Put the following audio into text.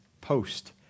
post